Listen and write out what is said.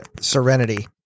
Serenity